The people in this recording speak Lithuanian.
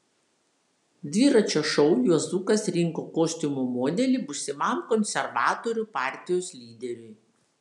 dviračio šou juozukas rinko kostiumo modelį būsimam konservatorių partijos lyderiui